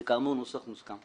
זה כאמור נוסח מוסכם.